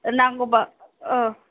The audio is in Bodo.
नांगौबा औ